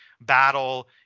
battle